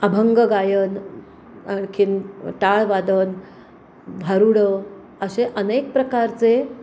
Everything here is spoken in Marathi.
अभंग गायन आणखीन टाळ वादन भारुडं असे अनेक प्रकारचे